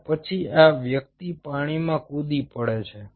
અને પછી આ વ્યક્તિ પાણીમાં કૂદી પડે છે